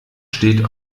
steht